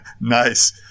Nice